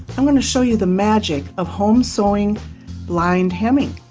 i'm going to show you the magic of home sewing blind hemming